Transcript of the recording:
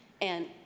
And-